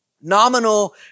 Nominal